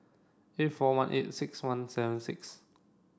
eight four one eight six one seven six